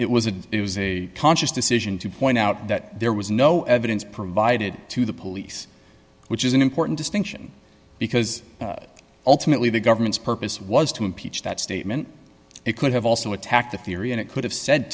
but it was a conscious decision to point out that there was no evidence provided to the police which is an important distinction because ultimately the government's purpose was to impeach that statement it could have also attacked the theory and it could have said